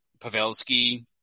Pavelski –